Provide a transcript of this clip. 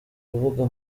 rubuga